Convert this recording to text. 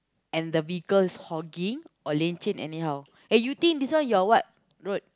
and the vehicle's hogging or lane change anyhow